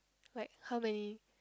like how many